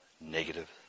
negative